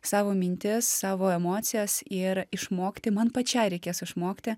savo mintis savo emocijas ir išmokti man pačiai reikės išmokti